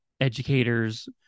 educators